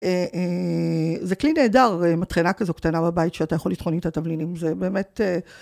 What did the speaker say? זה כלי נהדר, מטחנה כזו קטנה בבית שאתה יכול לטחון איתה התבלינים, זה באמת...